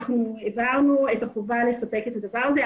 הבהרנו את החובה לספק את הדבר הזה.